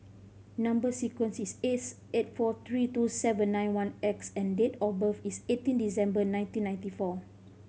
number sequence is S eight four three two seven nine one X and date of birth is eighteen December nineteen ninety four